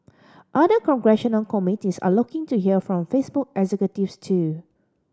other congressional committees are looking to hear from Facebook executives too